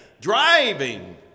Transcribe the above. driving